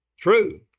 True